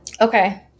okay